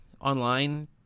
online